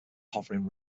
hovering